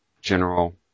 general